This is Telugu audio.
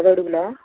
పది అడుగులా